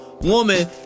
woman